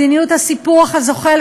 מדיניות הסיפוח הזוחל,